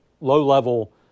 low-level